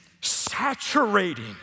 saturating